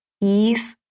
ease